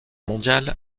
mondiale